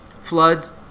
Floods